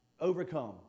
overcome